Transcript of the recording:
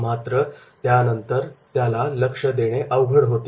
मात्र त्यानंतर त्याला लक्ष देणे अवघड होते